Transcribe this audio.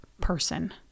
person